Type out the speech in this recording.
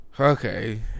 Okay